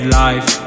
life